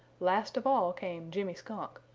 last of all came jimmy skunk.